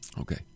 okay